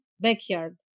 backyard